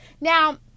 Now